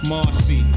Marcy